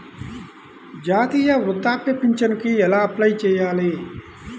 జాతీయ వృద్ధాప్య పింఛనుకి ఎలా అప్లై చేయాలి?